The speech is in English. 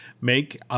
make